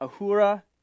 Ahura